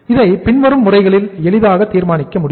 இதை பின்வரும் முறைகளில் எளிதாக தீர்மானிக்க முடியும்